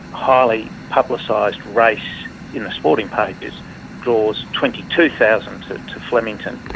highly publicised race in the sporting pages draws twenty two thousand to to flemington.